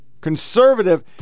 conservative